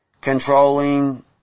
controlling